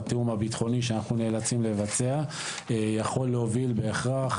התיאום הביטחוני שאנחנו נאלצים לבצע יכול להוביל בהכרח